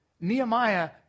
Nehemiah